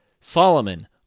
Solomon